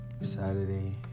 Saturday